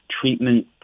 treatment